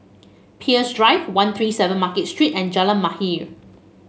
Peirce Drive One Three Seven Market Street and Jalan Mahir